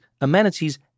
amenities